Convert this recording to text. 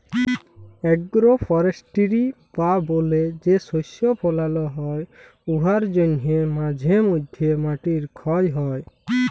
agro forestry বা বলে যে শস্য ফলাল হ্যয় উয়ার জ্যনহে মাঝে ম্যধে মাটির খ্যয় হ্যয়